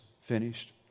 finished